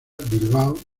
bilbao